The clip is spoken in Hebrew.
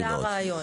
כן, זה הרעיון.